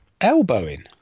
Elbowing